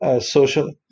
social